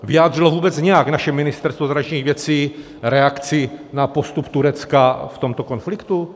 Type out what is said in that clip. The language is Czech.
Vyjádřilo vůbec nějak naše Ministerstvo zahraničních věcí reakci na postup Turecka v tomto konfliktu?